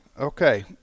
Okay